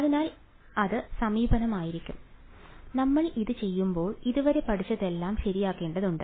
അതിനാൽ അത് സമീപനമായിരിക്കും നമ്മൾ ഇത് ചെയ്യുമ്പോൾ ഇതുവരെ പഠിച്ചതെല്ലാം ശരിയാക്കേണ്ടതുണ്ട്